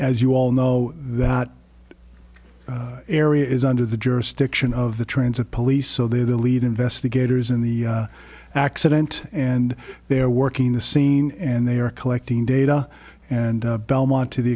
as you all know that area is under the jurisdiction of the transit police so they are the lead investigators in the accident and they are working the scene and they are collecting data and belmont to the